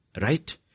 right